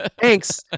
thanks